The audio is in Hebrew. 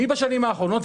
מי בשנים האחרונות?